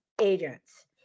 agents